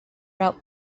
route